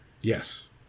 Yes